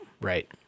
right